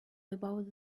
about